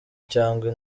cyangwa